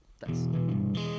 Thanks